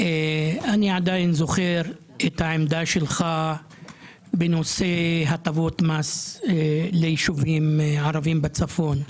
אני עדיין זוכר את העמדה שלך בנושא הטבות מס לישובים ערביים בצפון,